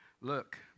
Look